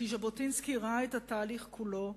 כי ז'בוטינסקי ראה את התהליך כולו,